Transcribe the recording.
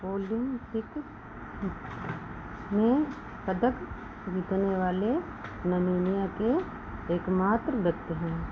Olympic में पदक जीतने वाले नामीबिया के एकमात्र व्यक्ति हैं